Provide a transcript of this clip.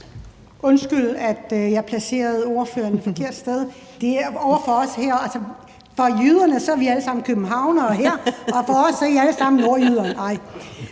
Undskyld, at jeg placerede ordføreren et forkert sted. For jyderne er vi alle sammen københavnere her, og for os er I alle sammen nordjyder